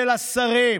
של השרים.